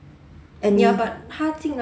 and 你